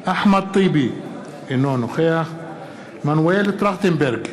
אחמד טיבי, אינו נוכח מנואל טרכטנברג,